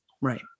Right